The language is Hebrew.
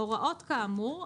הוראות כאמור,